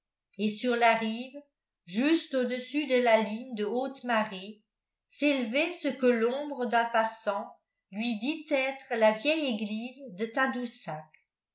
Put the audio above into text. et sur la rive juste au-dessus de la ligne de haute marée s'élevait ce que l'ombre d'un passant lui dit être la vieille église de tadoussac